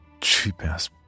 Cheap-ass